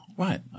Right